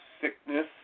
sickness